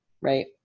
Right